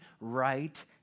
right